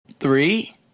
Three